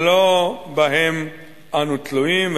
לא בהם אנו תלויים.